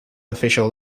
official